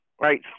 right